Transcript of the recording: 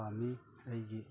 ꯄꯥꯝꯃꯤ ꯑꯩꯒꯤ